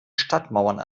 stadtmauern